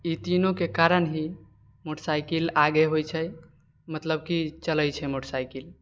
ई तीनूके कारण ही मोटरसाइकिल आगे होइ छै मतलब कि चलै छै मोटरसाइकिल